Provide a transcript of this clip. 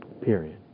Period